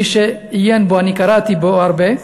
למי שעיין בו, אני קראתי בו הרבה,